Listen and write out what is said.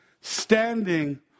standing